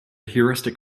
heuristic